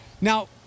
Now